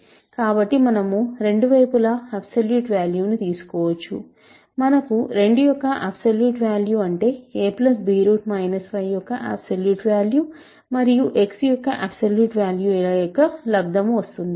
కాబట్టి మనము రెండు వైపులా అబ్సోల్యూట్ వాల్యును తీసుకోవచ్చు మనకు 2 యొక్క అబ్సోల్యూట్ వాల్యు అంటే a b 5 యొక్క అబ్సోల్యూట్ వాల్యు మరియు x యొక్క అబ్సోల్యూట్ వాల్యు ల యొక్క లబ్దము వస్తుంది